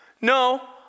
No